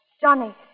Johnny